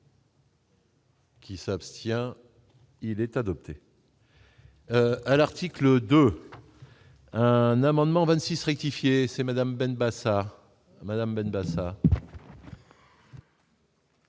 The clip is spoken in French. Qui s'abstient, il est adopté. à l'article 2 un amendement 26 rectifier c'est Madame Ben Bassa Madame Ben ça.